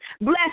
Bless